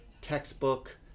textbook